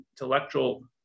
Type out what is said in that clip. intellectual